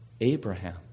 Abraham